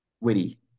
Witty